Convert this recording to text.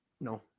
No